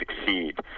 succeed